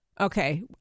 Okay